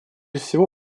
всего